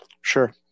Sure